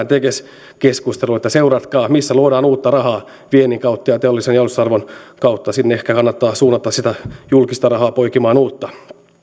tekes keskusteluun seuratkaa missä luodaan uutta rahaa viennin kautta ja teollisen jalostusarvon kautta sinne ehkä kannattaa suunnata sitä julkista rahaa poikimaan uutta